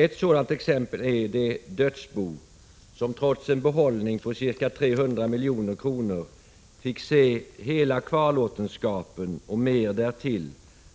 Ett sådant exempel är det dödsbo som trots en behållning på ca 300 milj.kr. fick se hela kvarlåtenskapen, och mer därtill,